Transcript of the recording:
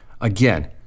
again